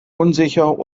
unsicher